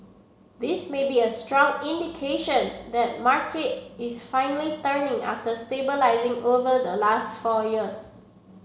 this may be a strong indication that the market is finally turning after stabilising over the last four years